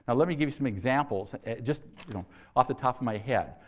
ah let me give you some examples just off the top of my head.